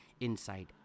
inside